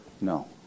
No